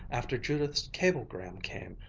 after judith's cablegram came,